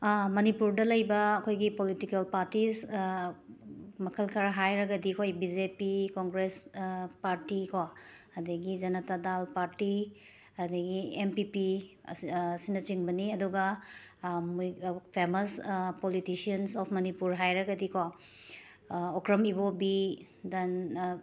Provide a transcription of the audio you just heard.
ꯃꯅꯤꯄꯨꯔꯗ ꯂꯩꯕ ꯑꯩꯈꯣꯏꯒꯤ ꯄꯣꯂꯤꯇꯤꯀꯦꯜ ꯄꯥꯔꯇꯤꯖ ꯃꯈꯜ ꯈꯔ ꯍꯥꯏꯔꯒꯗꯤ ꯑꯩꯈꯣꯏ B J P Congress party ꯀꯣ ꯑꯗꯒꯤ ꯖꯅꯇꯥ ꯗꯥꯜ ꯄꯥꯔꯇꯤ ꯑꯗꯒꯤ ꯑꯦꯝ ꯄꯤ ꯄꯤ ꯑꯁꯤ ꯑꯁꯤꯅꯆꯤꯡꯕꯅꯤ ꯑꯗꯨꯒ ꯃꯣꯏ ꯐꯦꯃꯁ ꯄꯣꯂꯤꯇꯤꯁꯤꯌꯟꯁ ꯑꯣꯞ ꯃꯅꯤꯄꯨꯔ ꯍꯥꯏꯔꯒꯗꯤꯀꯣ ꯑꯣꯀ꯭ꯔꯝ ꯏꯕꯣꯕꯤ ꯗꯟ